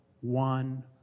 one